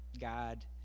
God